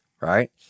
right